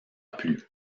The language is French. plus